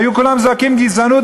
היו כולם זועקים "גזענות,